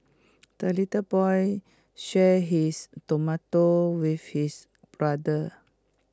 the little boy shared his tomato with his brother